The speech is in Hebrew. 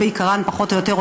פחות או יותר,